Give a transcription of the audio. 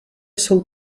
jsou